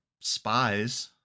spies